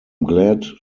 glad